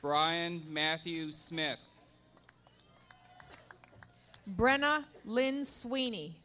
brian matthew smith brenna lynn sweeney